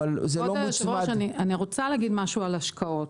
כבוד היושב-ראש, אני רוצה להגיד משהו על השקעות.